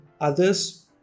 others